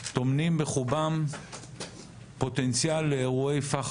טומנים בחובם פוטנציאל לאירועי פח"ע